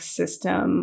system